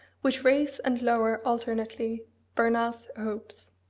which raise and lower alternately bernard's hopes.